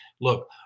Look